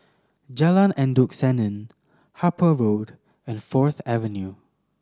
Jalan Endut Senin Harper Road and Fourth Avenue